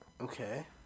Okay